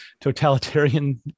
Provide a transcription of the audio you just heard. totalitarian